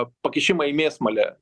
pakišimą į mėsmalę